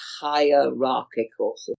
hierarchical